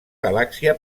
galàxia